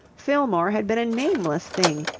fillmore had been a nameless thing,